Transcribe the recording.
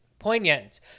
Poignant